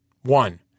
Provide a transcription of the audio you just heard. One